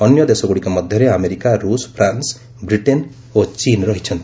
ଅନ୍ୟଦେଶଗୁଡ଼ିକ ମଧ୍ୟରେ ଆମେରିକା ରୁଷ୍ France Britain ଓ ଚୀନ୍ ରହିଛନ୍ତି